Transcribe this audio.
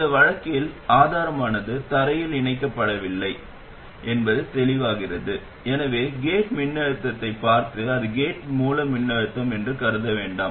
இந்த வழக்கில் ஆதாரமானது தரையில் இணைக்கப்படவில்லை என்பது தெளிவாகிறது எனவே கேட் மின்னழுத்தத்தைப் பார்த்து அது கேட் மூல மின்னழுத்தம் என்று கருத வேண்டாம்